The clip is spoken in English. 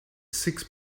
six